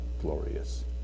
glorious